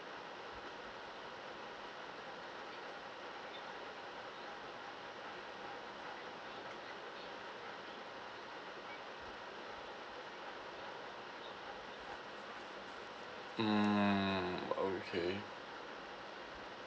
mm okay